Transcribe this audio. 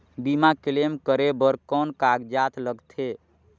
बीमा क्लेम करे बर कौन कागजात लगथे?